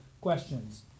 questions